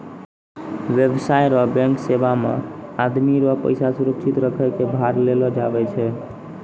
व्यवसाय रो बैंक सेवा मे आदमी रो पैसा सुरक्षित रखै कै भार लेलो जावै छै